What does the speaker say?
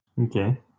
Okay